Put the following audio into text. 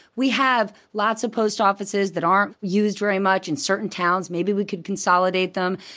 we have lots of post offices that aren't used very much in certain towns. maybe we could consolidate them.